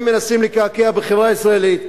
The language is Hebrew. הם מנסים לקעקע את החברה הישראלית,